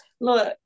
look